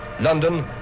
London